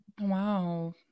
wow